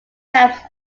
ramps